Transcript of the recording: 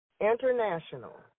international